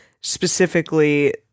specifically